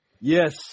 Yes